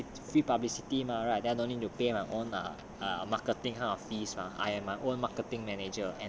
publicity free publicity mah right there don't need to pay my own err marketing kind of fees I am my own marketing manager